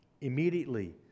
Immediately